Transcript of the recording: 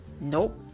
nope